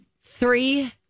three